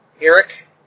Eric